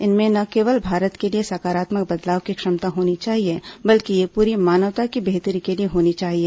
इनमें न केवल भारत के लिए सकारात्मक बदलाव की क्षमता होनी चाहिए बल्कि ये पूरी मानवता की बेहतरी के लिए होने चाहिए